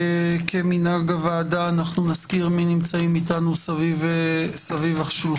כמנהג הוועדה נזכיר מי נמצאים איתנו סביב השולחן.